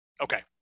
okay